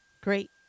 great